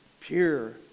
pure